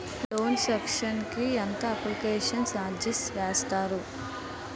Loan sanction కి ఎంత application charge వేస్తారు?